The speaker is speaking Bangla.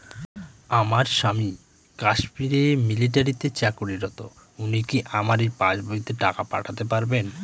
আমার স্বামী কাশ্মীরে মিলিটারিতে চাকুরিরত উনি কি আমার এই পাসবইতে টাকা পাঠাতে পারবেন?